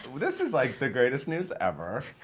this is like the greatest news ever.